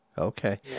okay